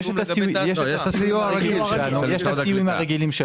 יש את הסיועים הרגילים של